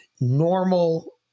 normal